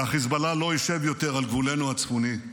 וחיזבאללה לא יישב יותר על גבולנו הצפוני.